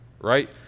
right